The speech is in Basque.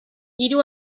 hiru